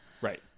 right